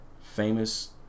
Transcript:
famous